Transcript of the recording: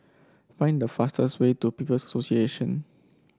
find the fastest way to People's Association